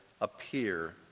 appear